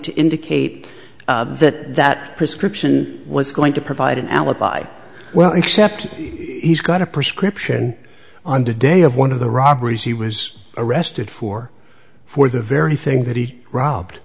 to indicate that that prescription was going to provide an alibi well except he's got a prescription on the day of one of the robberies he was arrested for for the very thing that he robbed